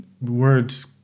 words –